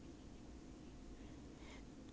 no 你会你会浮上来